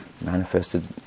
manifested